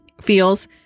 feels